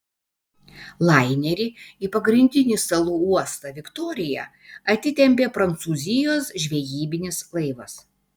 lainerį į pagrindinį salų uostą viktoriją atitempė prancūzijos žvejybinis laivas